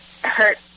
hurt